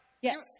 Yes